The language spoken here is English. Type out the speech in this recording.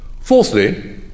Fourthly